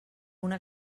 una